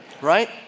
Right